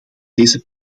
deze